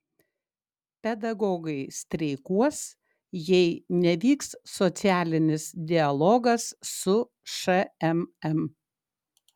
pedagogai streikuos jei nevyks socialinis dialogas su šmm